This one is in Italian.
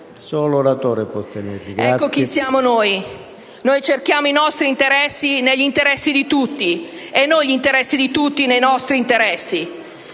Ecco chi siamo noi. Noi cerchiamo i nostri interessi negli interessi di tutti e non gli interessi di tutti nei nostri interessi.